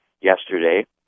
yesterday